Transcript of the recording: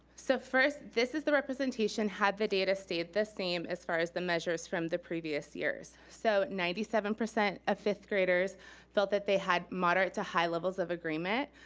so first, this is the representation had the data stayed the same, as far as the measures from the previous years. so ninety seven percent of fifth grades felt that they had moderate to high levels of agreement,